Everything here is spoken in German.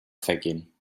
vergehen